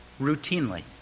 Routinely